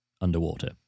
underwater